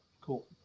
cool